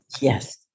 Yes